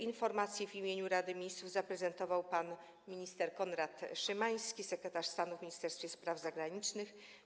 Informację w imieniu Rady Ministrów zaprezentował pan minister Konrad Szymański, sekretarz stanu w Ministerstwie Spraw Zagranicznych.